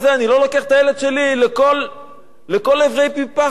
אני לא לוקח את הילד שלי לכל עברי פי פחת,